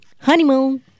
Honeymoon